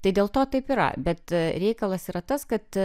tai dėl to taip yra bet reikalas yra tas kad